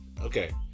Okay